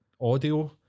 Audio